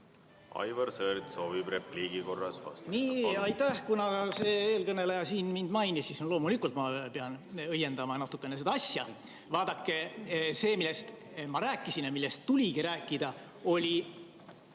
Aivar Sõerd soovib repliigi korras vastata. Aitäh! Kuna eelkõneleja siin mind mainis, siis loomulikult, ma pean natukene õiendama seda asja. Vaadake, need, millest ma rääkisin ja millest tuligi rääkida, olid